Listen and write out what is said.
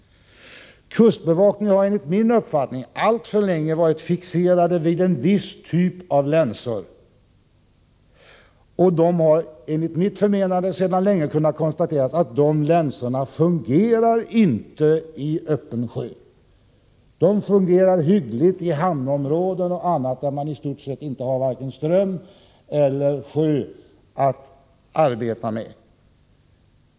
Kustbevakningen har enligt min uppfattning alltför länge varit fixerad vid en viss typ av länsor. Men det har enligt mitt förmenande sedan länge kunnat konstateras att de länsorna inte fungerar i öppen sjö. De fungerar hyggligt i hamnområden och annat, där man har varken ström eller sjö att arbeta med.